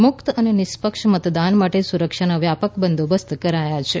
મુક્ત અને નિષ્પક્ષ મતદાન માટે સુરક્ષાના વ્યાપક બંદોબસ્ત કરાયા છે